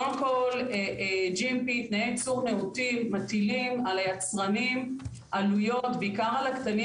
קודם כל GMP תנאי הייצור מטילים על יצרנים עלויות בעיקר על הקטנים